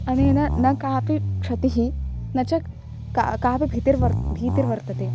अनेन न कापि क्षतिः न च का कापि भीतिर्वर्तते